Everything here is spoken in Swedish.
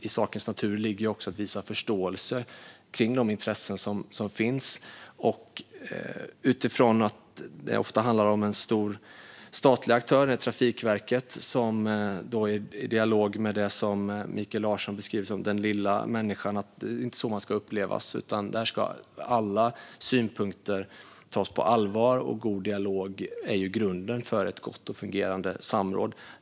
I sakens natur ligger också att visa en förståelse för de intressen som finns. Det handlar ofta om en stor statlig aktör, Trafikverket, i dialog med det som Mikael Larsson beskriver som den lilla människan. Det är inte så det ska upplevas, utan alla synpunkter ska tas på allvar. En god dialog är grunden för ett gott och fungerande samråd.